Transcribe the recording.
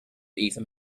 either